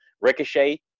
Ricochet